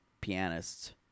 pianists